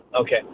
Okay